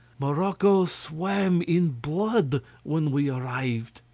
morocco swam in blood when we arrived.